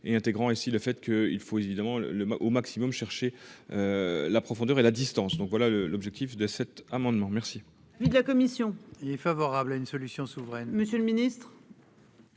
et intégrant et si le fait que, il faut évidemment le le au maximum chercher. La profondeur et la distance donc voilà le, l'objectif de cet amendement. Merci de la commission. Il est favorable à une solution souveraine, monsieur le ministre.